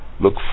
look